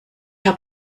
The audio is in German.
hab